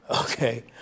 okay